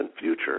future